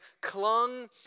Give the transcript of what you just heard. clung